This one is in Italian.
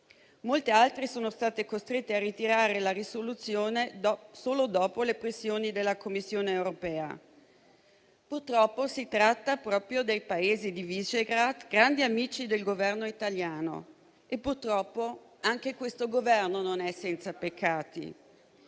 Molte altre sono state costrette a ritirare la risoluzione solo dopo le pressioni della Commissione europea. Purtroppo, si tratta proprio dei Paesi di Visegrad, grandi amici del Governo italiano. Purtroppo anche questo Governo non è senza peccato.